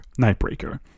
nightbreaker